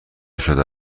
شده